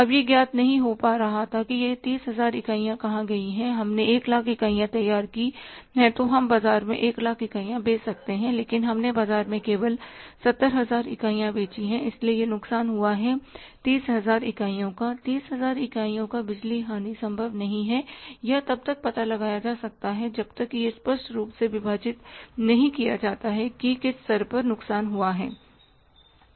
अब यह ज्ञात नहीं हो पा रहा था कि ये 30000 इकाइयाँ कहाँ गई हैं हमने एक लाख इकाइयाँ तैयार की हैं तो हम बाज़ार में एक लाख इकाइयाँ बेच सकते हैं लेकिन हमने बाज़ार में केवल 70000 इकाइयाँ बेची हैं इसलिए यह नुकसान हुआ है 30000 इकाइयों का 30000 इकाइयों का बिजली हानि संभव नहीं है या तब तक पता लगाया जा सकता है जब तक कि यह स्पष्ट रूप से विभाजित नहीं किया जाता है कि किस स्तर पर नुकसान हुआ है